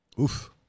Oof